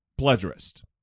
pledgerist